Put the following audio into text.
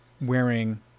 Wearing